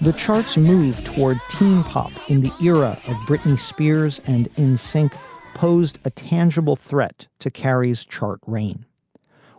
the charts move toward teen pop in the era of britney spears and n sync posed a tangible threat to carrie's chart reign